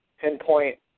pinpoint